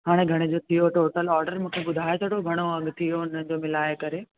हाणे घणे जो थी वियो टोटल ऑडर मूंखे ॿुधाए छॾो घणो अघ थी वियो हुन जो मिलाए करे